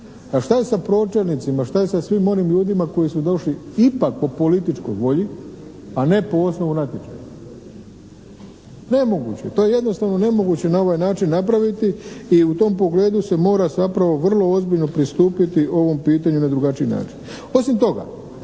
A šta je sa pročelnicima, šta je sa svim onim ljudima koji su došli ipak po političkoj volji a ne po osnovu natječaja? Nemoguće. To je jednostavno nemoguće na ovaj način napraviti i u tom pogledu se mora zapravo vrlo ozbiljno pristupiti ovom pitanju na drugačiji način. Osim toga,